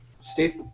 Steve